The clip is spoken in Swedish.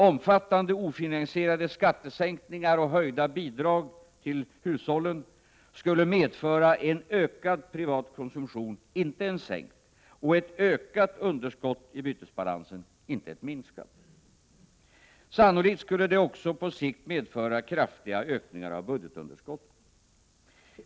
Omfattande ofinansierade skattesänkningar och höjda bidrag till hushållen skulle medföra en ökad privat konsumtion — inte en sänkt — och ett ökat bytesbalansunderskott — inte ett minskat. De skulle sannolikt också på sikt medföra kraftiga ökningar av budgetunderskottet.